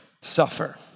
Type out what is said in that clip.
suffer